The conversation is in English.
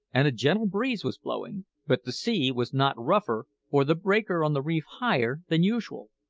and a gentle breeze was blowing but the sea was not rougher, or the breaker on the reef higher, than usual.